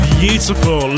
beautiful